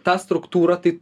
tą struktūrą tai